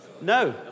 No